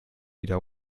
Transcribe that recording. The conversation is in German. wieder